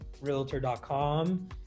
realtor.com